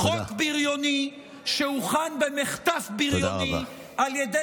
חוק בריוני שהוכן במחטף בריוני על ידי